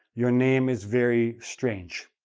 your name is very strange,